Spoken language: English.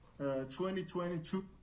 2022